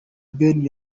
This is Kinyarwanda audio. ben